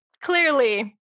clearly